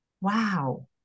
wow